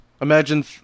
Imagine